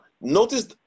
notice